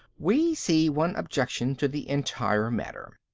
we see one objection to the entire matter.